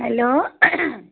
hello